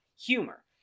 humor